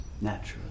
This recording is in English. naturally